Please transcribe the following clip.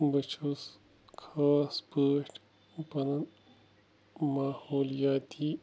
بہٕ چھُس خاص پٲٹھۍ پَنُن ماحولِیاتی